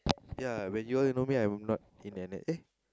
ya when you all know me I were not in N_S eh